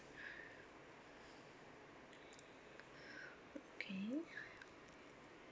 okay